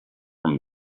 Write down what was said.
from